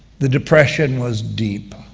the depression was deep.